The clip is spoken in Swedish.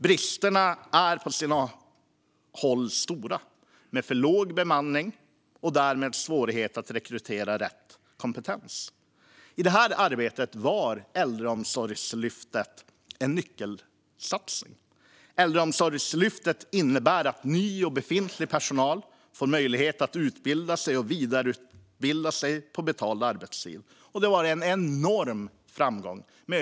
Bristerna är på sina håll stora med för låg bemanning och därmed svårigheter att rekrytera rätt kompetens. I detta arbete var Äldreomsorgslyftet en nyckelsatsning. Äldreomsorgslyftet innebär att ny och befintlig personal får möjlighet att utbilda och vidareutbilda sig på betald arbetstid. Det har varit en enorm framgång.